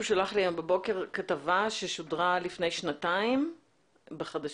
שלח לי היום הבוקר כתבה ששודרה לפני שנתיים בחדשות,